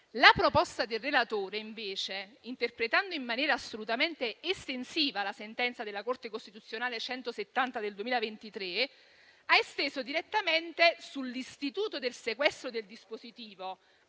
La proposta del relatore, invece, interpretando in maniera assolutamente estensiva la sentenza della Corte costituzionale n. 170 del 2023, ha esteso direttamente sull'istituto del sequestro del dispositivo,